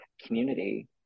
community